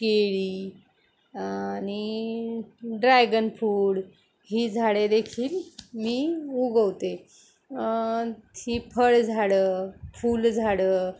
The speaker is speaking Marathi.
केळी आणि ड्रॅगन फ्रूड ही झाडे देखील मी उगवते ही फळझाडं फुलझाडं